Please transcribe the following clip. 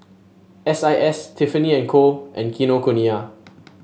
S I S Tiffany And Co and Kinokuniya